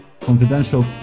confidential